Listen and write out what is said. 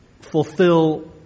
fulfill